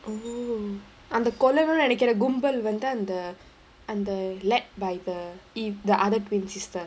oh அந்த கொல்லனு நெனைக்குற கும்பல் வந்து அந்த அந்த:andha kollanu nenaikkura kumbal vandhu andha andha led by the if the other twin sister